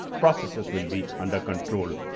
processes will be under control.